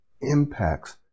impacts